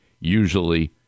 usually